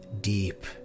deep